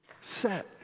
set